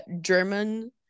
German